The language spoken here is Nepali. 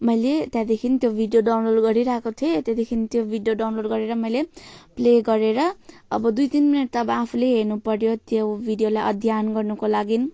मैले त्यहाँदेखि त्यो भिडियो डाउनलोड गरिरहेको थिएँ त्यहाँदेखि त्यो भिडियो डाउनलोड गरेर मैले प्ले गरेर अब दुई तिन मिनट त अब आफूले हेर्नुपर्यो त्यो भिडियोलाई अध्ययन गर्नको लागि